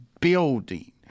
building